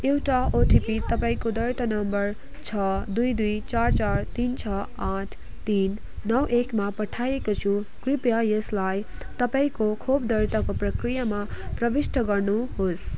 एउटा ओटिपी तपाईँको दर्ता नम्बर छ दुई दुई चार चार तिन छ आठ तिन नौ एकमा पठाइएको छु कृपया यसलाई तपाईँको खोप दर्ताको प्रक्रियामा प्रविष्ठ गर्नुहोस्